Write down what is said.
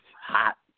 hot